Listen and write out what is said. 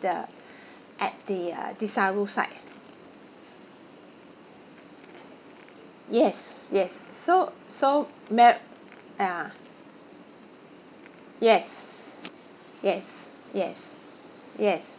the at the uh desaru side yes yes so so mar~ ah yes yes yes yes